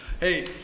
Hey